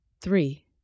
Three